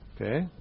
Okay